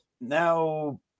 now